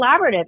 collaborative